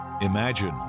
Imagine